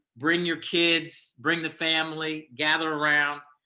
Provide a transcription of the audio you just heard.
bring your kids, bring the family, gather around,